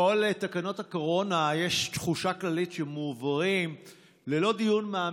בכל תקנות הקורונה יש תחושה כללית שהן מועברות ללא דיון מעמיק,